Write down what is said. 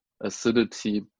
Acidity